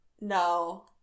No